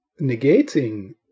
negating